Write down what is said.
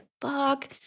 fuck